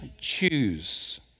choose